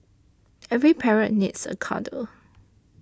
every parrot needs a cuddle